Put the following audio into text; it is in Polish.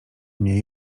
mnie